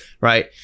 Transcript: Right